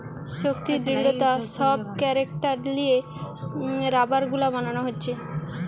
শক্তি, দৃঢ়তা সব ক্যারেক্টার লিয়ে রাবার গুলা বানানা হচ্ছে